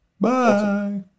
Bye